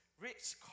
Rich